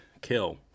kill